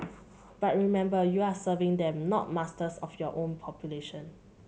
but remember you are serving them not masters of your own population